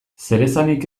zeresanik